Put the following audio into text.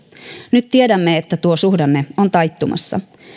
nyt tiedämme että tuo suhdanne on taittumassa